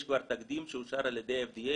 יש כבר תקדים שאושר על ידי FDA,